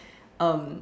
um